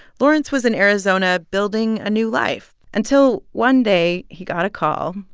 lawrence was in arizona building a new life until, one day, he got a call.